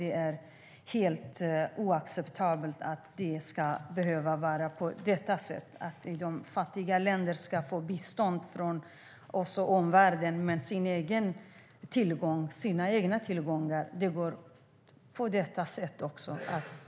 Det är helt oacceptabelt att det ska behöva vara på detta sätt. De fattiga länderna får bistånd från oss i omvärlden, men vad händer med deras egna tillgångar?